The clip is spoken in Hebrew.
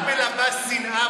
את רק מלבה שנאה בבית הזה.